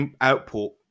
output